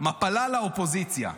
מפלה לאופוזיציה.